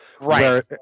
Right